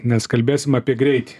nes kalbėsim apie greitį